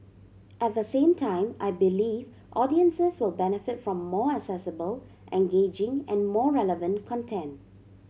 at the same time I believe audiences will benefit from more accessible engaging and more relevant content